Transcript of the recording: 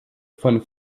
von